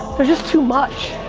there's just too much.